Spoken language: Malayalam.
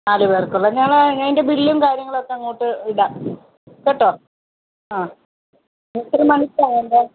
നാലു പേർക്ക് ഉള്ളത് ഞങ്ങൾ അതിന്റെ ബില്ലും കാര്യങ്ങളൊക്കെ അങ്ങോട്ട് ഇടാം കേട്ടോ ആ എത്ര മണിക്കാ വേണ്ടത്